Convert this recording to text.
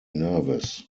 nervous